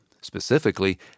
specifically